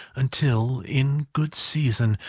until, in good season,